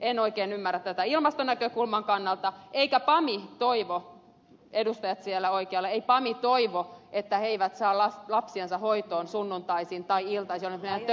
en oikein ymmärrä tätä ilmastonäkökulman kannalta eikä pam toivo edustajat siellä oikealla että he eivät saa lapsiansa hoitoon sunnuntaisin tai iltaisin jos silloin mennään töihin